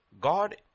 God